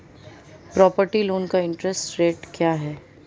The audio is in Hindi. प्रॉपर्टी लोंन का इंट्रेस्ट रेट क्या है?